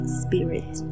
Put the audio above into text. spirit